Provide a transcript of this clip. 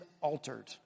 altered